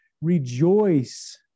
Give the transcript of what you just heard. rejoice